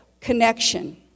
connection